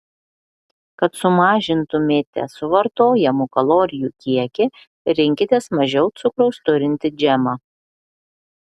kad sumažintumėte suvartojamų kalorijų kiekį rinkitės mažiau cukraus turintį džemą